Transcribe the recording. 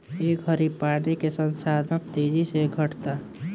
ए घड़ी पानी के संसाधन तेजी से घटता